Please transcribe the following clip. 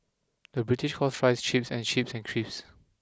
the British calls fries chips and chips and crisp